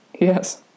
yes